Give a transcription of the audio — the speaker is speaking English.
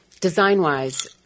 Design-wise